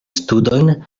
studojn